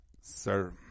Sir